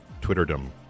Twitterdom